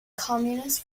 communist